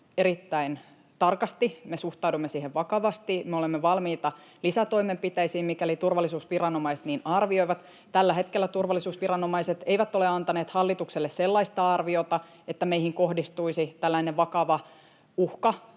erittäin tarkasti. Me suhtaudumme siihen vakavasti. Me olemme valmiita lisätoimenpiteisiin, mikäli turvallisuusviranomaiset niin arvioivat. Tällä hetkellä turvallisuusviranomaiset eivät ole antaneet hallitukselle sellaista arviota, että meihin kohdistuisi tällainen vakava uhka,